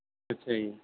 ਅੱਛਾ ਜੀ